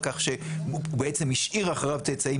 כך שהוא בעצם השאיר אחריו צאצאים,